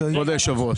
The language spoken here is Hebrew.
כבוד היושב-ראש.